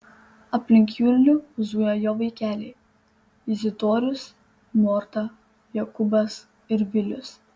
aplink julių zujo jo vaikeliai izidorius morta jokūbas ir vilius